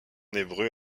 hébreu